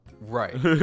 Right